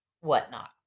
whatnot